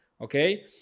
okay